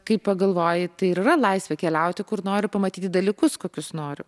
kai pagalvoji tai ir yra laisvė keliauti kur nori pamatyti dalykus kokius nori